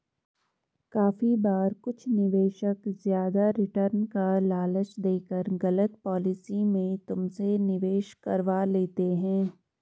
काफी बार कुछ निवेशक ज्यादा रिटर्न का लालच देकर गलत पॉलिसी में तुमसे निवेश करवा लेते हैं